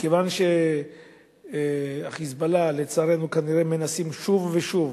כיוון שה"חיזבאללה", לצערנו, כנראה מנסים שוב ושוב